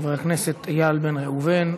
חבר הכנסת איל בן ראובן,